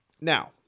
Now